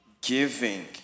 giving